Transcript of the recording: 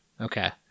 Okay